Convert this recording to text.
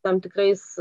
tam tikrais